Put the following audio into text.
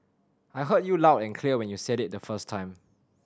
I heard you loud and clear when you said it the first time